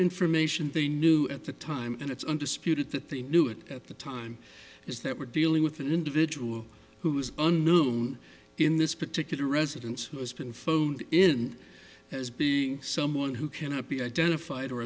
information they knew at the time and it's undisputed that they knew it at the time is that we're dealing with an individual who is unknown in this particular residents who has been phoned in as being someone who cannot be identified